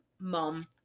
mom